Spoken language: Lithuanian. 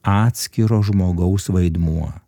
atskiro žmogaus vaidmuo